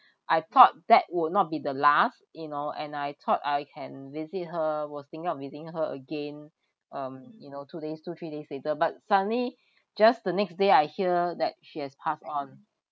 I thought that would not be the last you know and I thought I can visit her was thinking of visiting her again um you know two days two three days later but suddenly just the next day I hear that she has passed on